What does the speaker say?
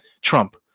Trump